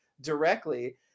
directly